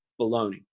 Baloney